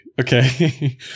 okay